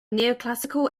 neoclassical